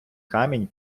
камінь